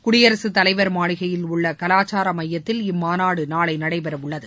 குடியரசு தலைவர் மாளிகையியல் உள்ள கலாச்சார மையத்தில் இம்மாநாடு நடைபெற உள்ளது